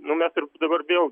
nu mes ir dabar vėl